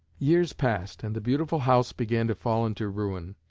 years passed and the beautiful house began to fall into ruin.